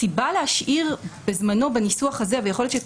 הסיבה להשאיר בזמנו בניסוח הזה ויכול להיות שאת